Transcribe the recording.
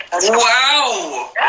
Wow